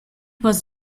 was